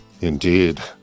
Indeed